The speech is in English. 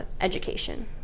education